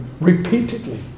repeatedly